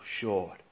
short